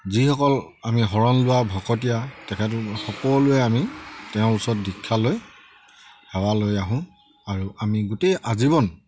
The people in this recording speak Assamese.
যিসকল আমি শৰণ লোৱা ভকতীয়া তেখেতৰ সকলোৱে আমি তেওঁৰ ওচৰত দীক্ষা লৈ সেৱা লৈ আহোঁ আৰু আমি গোটেই আজীৱন